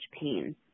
pain